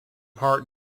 heart